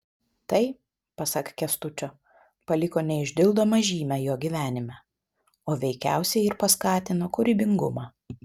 tai pasak kęstučio paliko neišdildomą žymę jo gyvenime o veikiausiai ir paskatino kūrybingumą